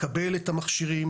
לקבל את המכשירים,